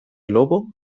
lobo